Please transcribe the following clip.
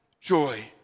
joy